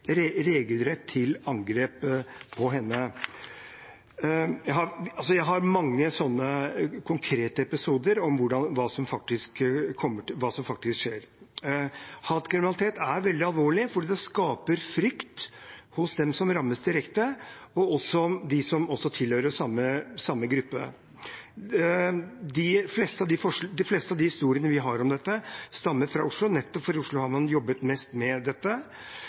regelrett til angrep på henne. Jeg har mange slike konkrete episoder om hva som faktisk skjer. Hatkriminalitet er veldig alvorlig, fordi det skaper frykt hos dem som rammes direkte, og også hos dem som tilhører samme gruppe. De fleste av de historiene vi har om dette, stammer fra Oslo, nettopp fordi det er i Oslo man har jobbet mest med dette.